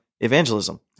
evangelism